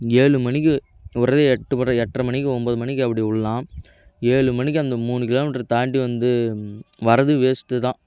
ஏழு மணிக்கு விட்றத எட்டு அப்பற எட்ரை மணிக்கு ஒன்போது மணிக்கு அப்படி விட்லாம் ஏழு மணிக்கு அந்த மூணு கிலோமீட்ரு தாண்டி வந்து வரது வேஸ்ட்டு தான்